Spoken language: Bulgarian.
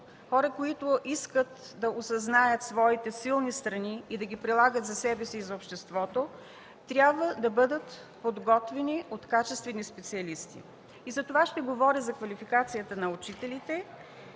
хора, които искат да осъзнаят своите силни страни и да ги прилагат за себе си и за обществото, трябва да бъдат подготвени от качествени специалисти. Затова ще говоря за квалификацията на учителите,